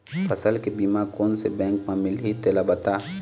फसल के बीमा कोन से बैंक म मिलही तेला बता?